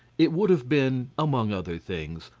it would have been, among other things,